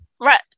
Right